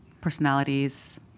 personalities